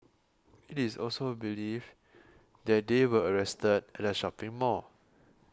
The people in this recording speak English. it is also believed that they were arrested at a shopping mall